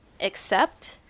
accept